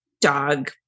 dog